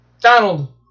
Donald